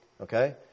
okay